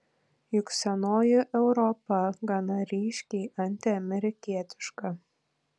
juk senoji europa gana ryškiai antiamerikietiška